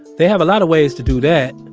they have a lot of ways to do that.